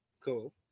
Cool